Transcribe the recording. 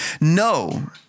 No